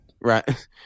Right